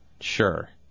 Sure